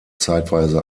zeitweise